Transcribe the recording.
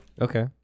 Okay